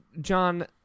John